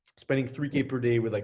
spending three k per day with, like